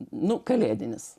nu kalėdinis